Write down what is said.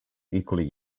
equally